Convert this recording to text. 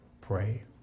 pray